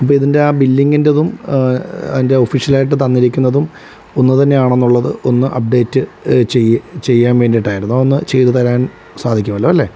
ഇപ്പോൾ ഇതിൻ്റെ ആ ബില്ലിങ്ങിൻ്റതും അതിൻ്റെ ഒഫിഷ്യലായിട്ട് തന്നിരിക്കുന്നതും ഒന്ന് തന്നെയാണെന്നുള്ളത് ഒന്ന് അപ്ഡേറ്റ് ചെയ്യ് ചെയ്യാൻ വേണ്ടിയിട്ടായിരുന്നു അത് ഒന്ന് ചെയ്തു തരാൻ സാധിക്കുമല്ലോ അല്ലെ